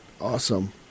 Awesome